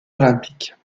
olympiques